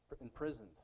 imprisoned